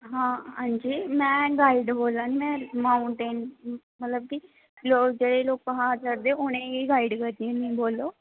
आं हां जी में गलत बोल्ला नी में माऊंटेन मतलब कि जेह्ड़े लोग प्हाड़ चढ़दे उनेंगी गाईड करनी होन्नी ते बोल्लो